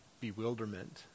bewilderment